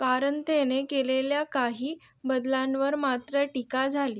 कारंथेने केलेल्या काही बदलांवर मात्र टीका झाली